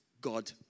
God